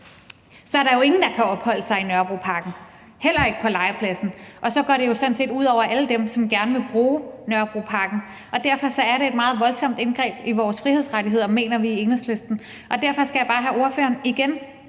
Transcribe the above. så er der jo ingen, der kan opholde sig i Nørrebroparken, heller ikke på legepladsen, og så går det sådan set ud over alle dem, som gerne vil bruge Nørrebroparken, og derfor er det et meget voldsomt indgreb i vores frihedsrettigheder, mener vi i Enhedslisten. Og derfor skal jeg bare spørge ordføreren igen,